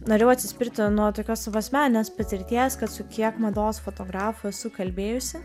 norėjau atsispirti nuo tokios savo asmeninės patirties kad su kiek mados fotografų esu kalbėjusi